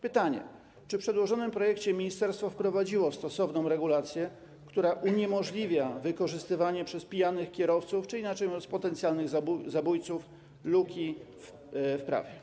Pytanie: Czy w przedłożonym projekcie ministerstwo wprowadziło stosowną regulację, która uniemożliwia wykorzystywanie przez pijanych kierowców, czy mówiąc inaczej: potencjalnych zabójców, luki w prawie?